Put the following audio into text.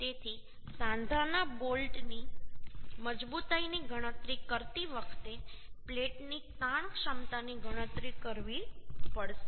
તેથી સાંધાના બોલ્ટની મજબૂતાઈની ગણતરી કરતી વખતે પ્લેટની તાણ ક્ષમતાની પણ ગણતરી કરવી પડે છે